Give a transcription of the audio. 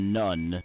none